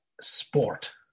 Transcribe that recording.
sport